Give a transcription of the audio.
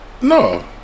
No